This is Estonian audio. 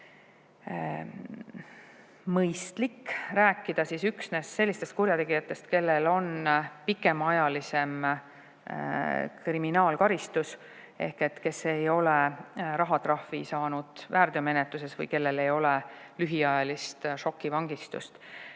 mõistlik rääkida üksnes sellistest kurjategijatest, kellel on pikemaajalisem kriminaalkaristus ehk kes ei ole rahatrahvi saanud väärteomenetluses või kellel ei ole lühiajalist šokivangistust.